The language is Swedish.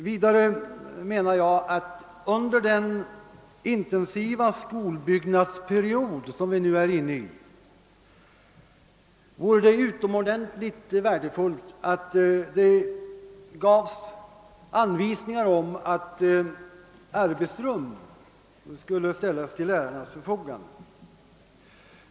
Vidare menar jag att det under den intensiva skolbyggnadsperiod, som vi nu befinner oss i, vore utomordentligt värdefullt att någon form av anvisningar utfärdades om att arbetsrum skulle ställas till lärarnas förfogande.